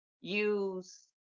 use